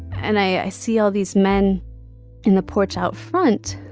and i see all these men in the porch out front.